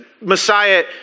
Messiah